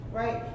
right